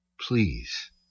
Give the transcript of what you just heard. Please